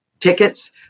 tickets